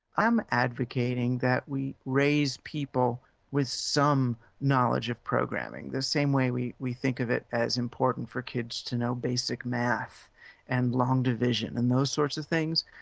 i'm advocating that we raise people with some knowledge of programming, the same way we we think of it as important for kids to know basic math and long division and those sorts of things.